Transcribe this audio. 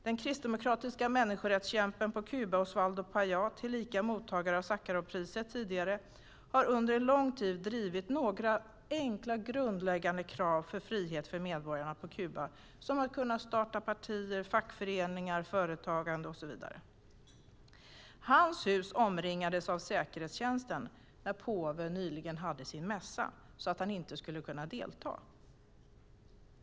Den kristdemokratiska människorättskämpen på Kuba, Osvaldo Paya, tillika mottagare av Sacharovpriset, har under en lång tid drivit några enkla och grundläggande krav på frihet för medborgarna på Kuba som att kunna starta partier, fackföreningar, företag och så vidare. Hans hus omringades av säkerhetstjänsten när påven nyligen hade sin mässa, så att han inte skulle kunna delta.